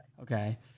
Okay